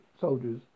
soldiers